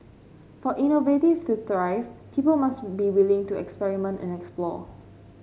for innovation to thrive people must be willing to experiment and explore